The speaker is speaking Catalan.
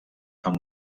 amb